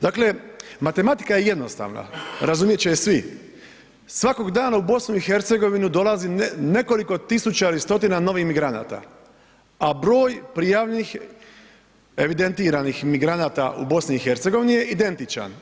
Dakle, matematika je jednostavna, razumjeti će je svi, svakog dana u BiH dolazi nekoliko tisuća ili stotina novih migranata a broj prijavljenih evidentiranih migranata u BiH je identičan.